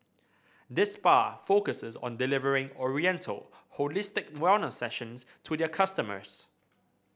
this spa focuses on delivering oriental holistic wellness sessions to their customers